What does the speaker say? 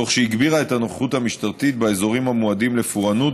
תוך שהגבירה את הנוכחות המשטרתית באזורים המועדים לפורענות